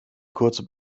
kurze